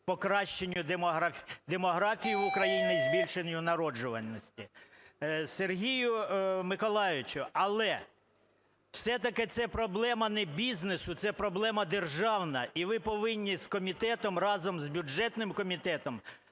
покращенню демографії в Україні і збільшенню народжуваності. Сергію Миколайовичу, але все-таки це проблема не бізнесу, це проблема державна. І ви повинні з комітетом, разом з бюджетним комітетом